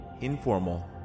Informal